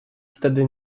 wtedy